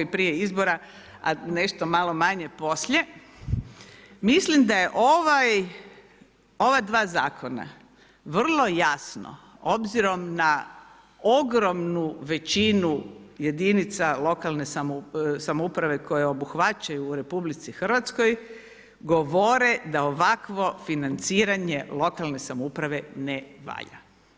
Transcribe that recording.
i prije izbora, a nešto malo manje poslije, mislim da je ova dva zakona vrlo jasno obzirom na ogromnu većinu jedinica lokalne samouprave koje obuhvaćaju u RH govore da ovakvo financiranje lokalne samouprave ne valja.